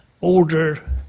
order